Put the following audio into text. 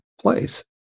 place